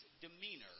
demeanor